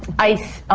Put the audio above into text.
ice,